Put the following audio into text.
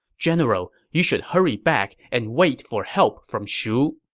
general, you should hurry back and wait for help from shu.